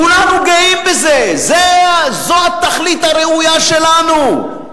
כולנו גאים בזה, זו התכלית הראויה שלנו,